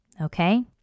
Okay